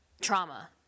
trauma